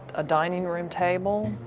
a dining room table?